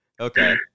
Okay